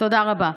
תודה רבה.